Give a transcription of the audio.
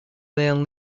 man